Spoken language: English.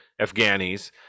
afghanis